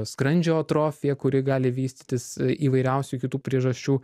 skrandžio atrofija kuri gali vystytis įvairiausių kitų priežasčių